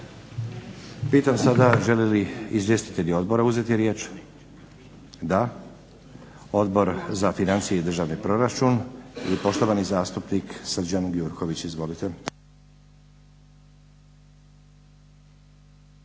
Pitam sada žele li izvjestitelji odbora uzeti riječ? Da. Odbor za financije i državni proračun i poštovani zastupnik Srđan Gjurković. Izvolite.